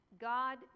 God